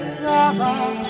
summer